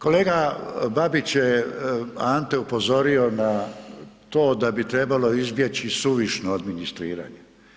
Kolega Babić je Ante upozorio na to da bi trebalo izbjeći suvišno administriranje.